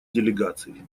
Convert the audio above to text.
делегаций